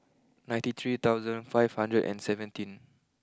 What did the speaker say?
ninety three thousand five hundred and seventeen